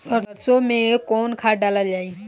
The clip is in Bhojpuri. सरसो मैं कवन खाद डालल जाई?